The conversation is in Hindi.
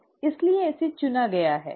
इसीलिए इसे चुना गया है